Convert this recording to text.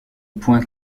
point